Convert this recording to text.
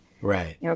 Right